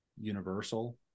universal